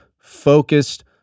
focused